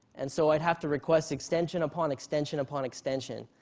and so i'd have to request extension upon extension upon extension.